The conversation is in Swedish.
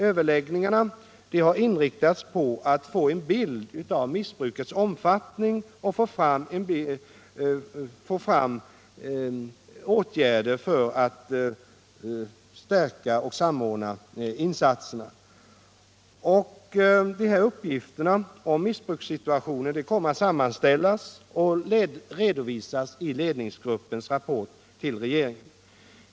Överläggningarna har först inriktats på att vi skall få en bild av missbrukets omfattning för att kunna sätta in åtgärder, förstärka och samordna insatserna. Uppgifterna om missbrukssituationen kommer att sammanställas och redovisas i ledningsgruppens rapport till regeringen.